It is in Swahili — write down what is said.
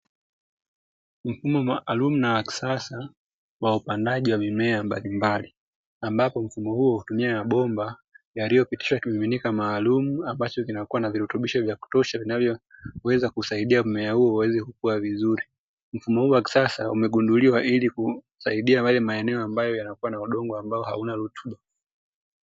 Mfumo maalum na wakisasa wa upandaji wa mimea mbalimbali, ambapo mfumo huu hutumia mabomba yaliyopitishwa kimiminika maalumu ambacho kinakua na virutubisho vya kutosha vinavyowezakusaidia mmea huo uweze kukua vizuri, mfumo huu wa kisasa umegunduliwa ili kusaidia maeneo yanayokua na udongo ambao hauna rutuba.